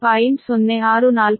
0646 p